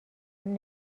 ضمن